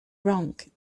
wrong